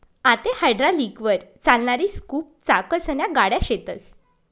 आते हायड्रालिकलवर चालणारी स्कूप चाकसन्या गाड्या शेतस